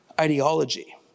ideology